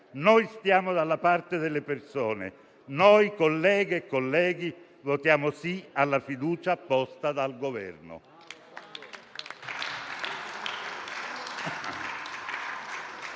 Noi stiamo dalla parte delle persone. Noi, colleghe e colleghi, votiamo sì alla fiducia posta dal Governo.